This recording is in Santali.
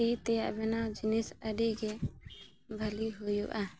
ᱛᱤ ᱛᱮᱭᱟᱜ ᱵᱮᱱᱟᱣ ᱡᱤᱱᱤᱥ ᱟᱹᱰᱤ ᱜᱮ ᱵᱷᱟᱹᱞᱤ ᱦᱩᱭᱩᱜᱼᱟ